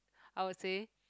I would say